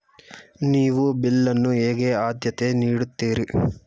ನೀವು ಬಿಲ್ ಅನ್ನು ಹೇಗೆ ಆದ್ಯತೆ ನೀಡುತ್ತೀರಿ?